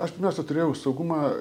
aš pirmiausia turėjau saugumą